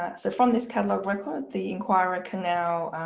but so from this catalogue record the enquirer can now